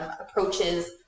approaches